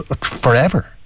forever